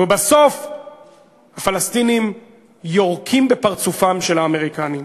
ובסוף הפלסטינים יורקים בפרצופם של האמריקנים.